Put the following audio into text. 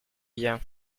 bien